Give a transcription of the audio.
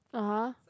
(uh huh)